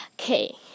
Okay